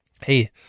Hey